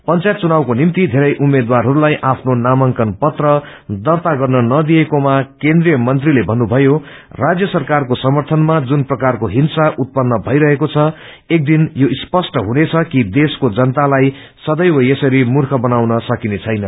पंचायत चुनावको निम्ति धेरै उम्मेद्वारहरूलाई आफ्नो नामांकन पत्र दर्त्ता गर्न नदिइएकोमा केन्द्रीय मन्त्रीले भन्नुभयो राज्य सरकारको सर्मयनमा जुन प्रकारको हिँया उत्पन्न पैरहेको छ एक दिन यो स्पष्ट हुनेद कि देशको जनतालाई सदैव यसरी मूर्ख बनाउन सकिने छैन